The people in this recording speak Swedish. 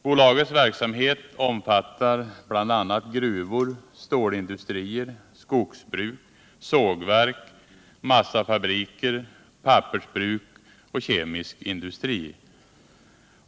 Bolagets verksamhet omfattar bl.a. gruvor, stålindustrier, skogsbruk, sågverk, massafabriker, pappersbruk och kemisk industri.